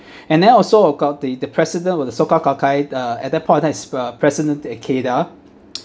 and then also look out the the president where the Soka guy uh at that point of time is uh president ikeda